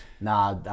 nah